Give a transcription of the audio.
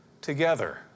together